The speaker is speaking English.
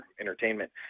entertainment